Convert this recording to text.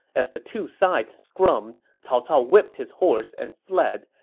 as the two sides scrummed, cao cao whipped his horse and fled,